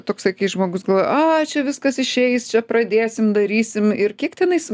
toksai žmogus galvoja ai čia viskas išeis čia pradėsim darysim ir kiek tenais